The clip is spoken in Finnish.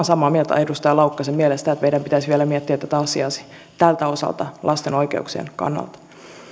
samaa mieltä edustaja laukkasen kanssa että meidän pitäisi vielä miettiä tätä asiaa tältä osalta lasten oikeuksien kannalta